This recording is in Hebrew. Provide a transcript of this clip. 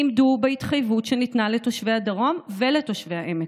עמדו בהתחייבות שניתנה לתושבי הדרום ולתושבי העמק.